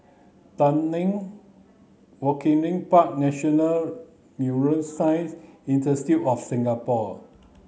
Tanglin Waringin Park National Neuroscience Institute of Singapore